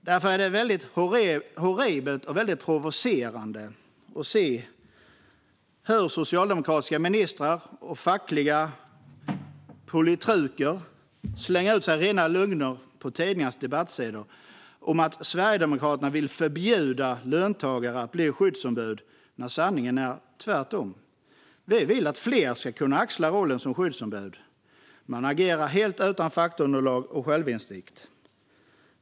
Därför är det helt horribelt och väldigt provocerande att se socialdemokratiska ministrar och fackliga politruker slänga ur sig rena lögner på tidningarnas debattsidor om att Sverigedemokraterna vill förbjuda löntagare att bli skyddsombud, när sanningen tvärtom är att vi vill att fler ska kunna axla rollen som skyddsombud. Man agerar helt utan faktaunderlag och självinsikt.